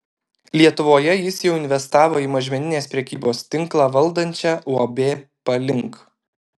lietuvoje jis jau investavo į mažmeninės prekybos tinklą valdančią uab palink